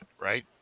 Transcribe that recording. Right